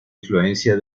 influencia